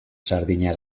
sardina